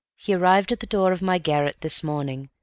he arrived at the door of my garret this morning,